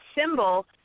symbol